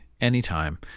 anytime